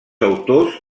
autors